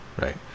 right